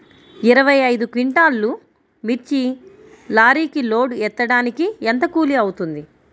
ఇరవై ఐదు క్వింటాల్లు మిర్చి లారీకి లోడ్ ఎత్తడానికి ఎంత కూలి అవుతుంది?